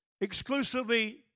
exclusively